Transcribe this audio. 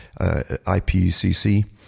IPCC